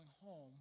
home